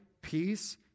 peace